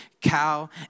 cow